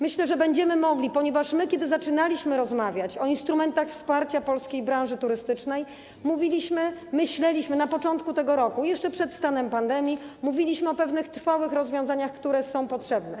Myślę, że będziemy mogli, ponieważ my, kiedy zaczynaliśmy rozmawiać o instrumentach wsparcia polskiej branży turystycznej, myśleliśmy na początku tego roku, jeszcze przed stanem pandemii, mówiliśmy o pewnych trwałych rozwiązaniach, które są potrzebne.